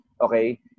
okay